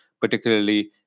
particularly